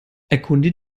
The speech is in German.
erkunde